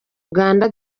uganda